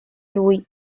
lui